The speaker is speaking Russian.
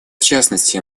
частности